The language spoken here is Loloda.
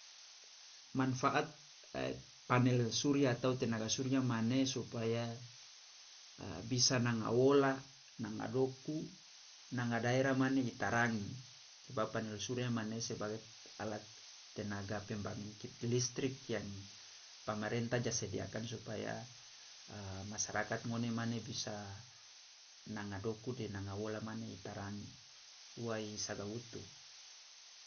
Manfaat panel surya atau tenaga surya mane supaya bisa nanga wola, nanga doku, nanga daerah mane i tarangi, sebab panel surya mane sebagai alat tenaga pembangkit listrik yang pamarenta ja sediakan supaya masyarakat ngone mane bisa nanga doku de nanga wola mane i tarangi ua i sagautu.